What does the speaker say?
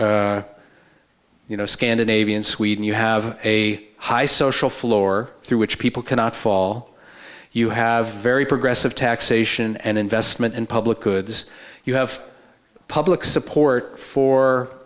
you know scandinavian sweden you have a high social floor through which people cannot fall you have very progressive taxation and investment in public goods you have public support